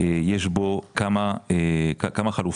יש בו כמה חלופות.